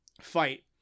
fight